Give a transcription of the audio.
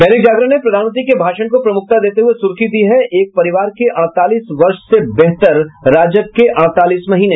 दैनिक जागरण ने प्रधानमंत्री के भाषण को प्रमुखता देते हुये सुर्खी दी है एक परिवार के अड़तालीस वर्ष से बेहतर राजग के अड़तालीस महीने